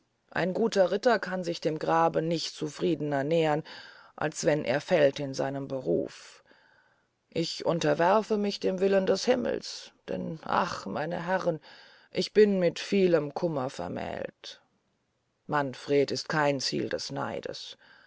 ein guter ritter kann sich dem grabe nicht zufriedner nähern als wenn er fällt in seinem beruf ich unterwerfe mich dem willen des himmels denn ach meine herren ich bin mit vielem kummer vermählt manfred ist kein ziel des neides